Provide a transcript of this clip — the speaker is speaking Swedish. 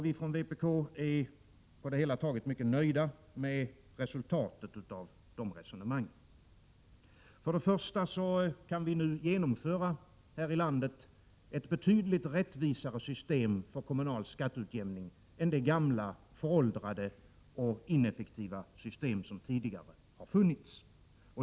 Vi från vpk är på det hela taget mycket nöjda med resultatet av de resonemangen. Vi kan nu här i landet genomföra ett betydligt rättvisare system för kommunal skatteutjämning än det gamla, föråldrade och ineffektiva system som tidigare har funnits.